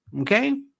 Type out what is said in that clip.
Okay